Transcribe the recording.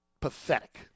Pathetic